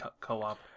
co-op